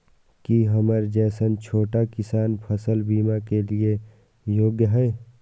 की हमर जैसन छोटा किसान फसल बीमा के लिये योग्य हय?